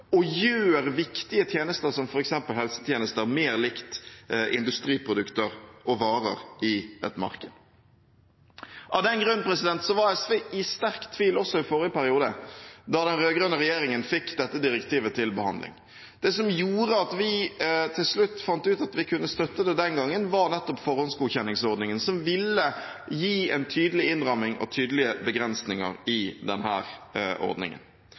og gjør viktige tjenester som f.eks. helsetjenester mer likt industriprodukter og varer i et marked. Av den grunn var SV i sterk tvil også i forrige periode da den rød-grønne regjeringen fikk dette direktivet til behandling. Det som gjorde at vi til slutt fant ut at vi kunne støtte det den gangen, var nettopp forhåndsgodkjenningsordningen som ville gi en tydelig innramming og tydelige begrensninger i denne ordningen.